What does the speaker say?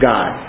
God